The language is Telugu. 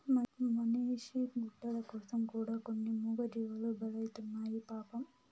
మనిషి గుడ్డల కోసం కూడా కొన్ని మూగజీవాలు బలైతున్నాయి పాపం